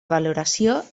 valoració